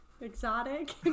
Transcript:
exotic